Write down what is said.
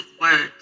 words